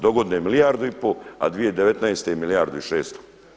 Dogodine milijardu i pol, a 2019. milijardu i 600.